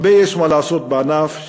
יש הרבה מה לעשות בענף,